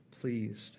pleased